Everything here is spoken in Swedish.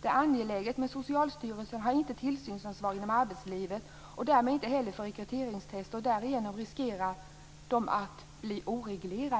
Det är angeläget, men Socialstyrelsen har inte tillsynsansvar inom arbetslivet och därmed inte heller för rekryteringstest. Därigenom riskerar de att bli oreglerade.